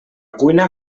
cuina